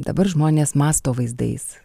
dabar žmonės mąsto vaizdais